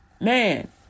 man